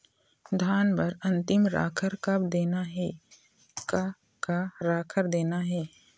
धान बर अन्तिम राखर कब देना हे, का का राखर देना हे?